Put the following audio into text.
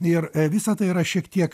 ir visa tai yra šiek tiek